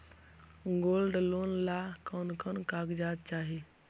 Gold loan ला कौन कौन कागजात चाही?